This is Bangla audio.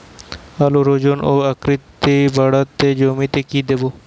আলুর ওজন ও আকৃতি বাড়াতে জমিতে কি দেবো?